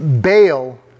bail